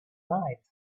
night